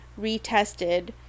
retested